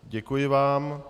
Děkuji vám.